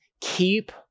keep